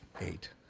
Eight